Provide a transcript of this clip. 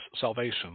salvation